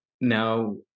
now